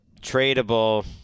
tradable